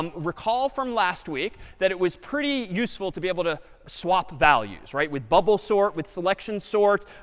um recall from last week that it was pretty useful to be able to swap values. right? with bubble sort, with selection sort,